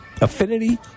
Affinity